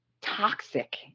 toxic